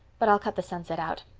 but i'll cut the sunset out.